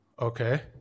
Okay